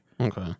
okay